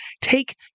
take